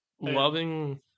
Loving